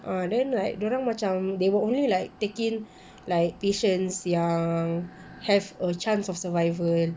ah then like dorang macam they will only like take in like patients yang have a chance of survival